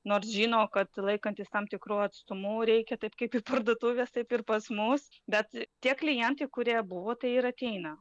nors žino kad laikantis tam tikrų atstumu reikia taip kaip į parduotuves taip ir pas mus bet tie klientai kurie buvo tai ir ateina